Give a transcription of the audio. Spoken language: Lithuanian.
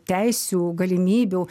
teisių galimybių